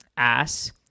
Ass